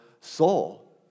soul